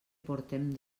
portem